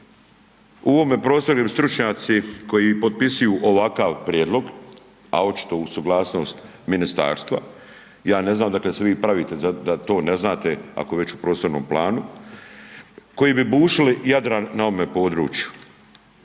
U ovome prostoru … stručnjaci koji potpisuju ovakav prijedlog a očitu uz suglasnost ministarstva, ja ne znam … ili se pravite da to ne znate ako je već u prostornom planu koji bi bušili Jadran na ovome području.